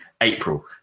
April